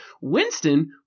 Winston